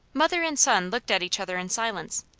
mother and son looked at each other in silence.